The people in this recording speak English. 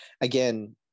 Again